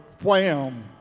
wham